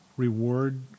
reward